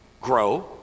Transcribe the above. grow